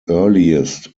earliest